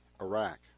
Iraq